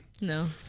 No